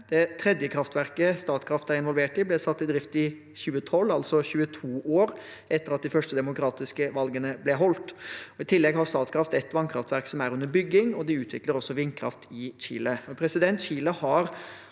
Det tredje kraftverket Statkraft er involvert i, ble satt i drift i 2012, altså 22 år etter at de første demokratiske valgene ble holdt. I tillegg har Statkraft ett vannkraftverk som er under bygging, og de utvikler også vindkraft i Chile.